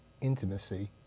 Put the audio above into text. intimacy